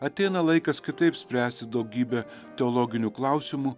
ateina laikas kitaip spręsti daugybę teologinių klausimų